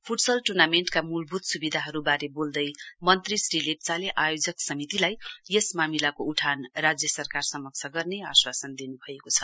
futsal ट्र्नामेण्टका मूलभूत सुविधाहरु वारे बोल्दै मन्त्री श्री लेप्चाले आयोजक समितिलाई यस मामिलाको उठान राज्य सरकार समक्ष गर्ने आश्वासन दिनुभएको छ